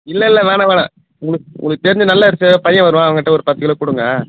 இல்லயில்ல வேணாம் வேணாம் உங்களுக்கு உங்களுக்கு தெரிஞ்ச நல்ல அரிசியை பையன் வருவான் அவன் கிட்டே ஒரு பத்து கிலோ கொடுங்க